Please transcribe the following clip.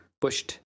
pushed